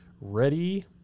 Ready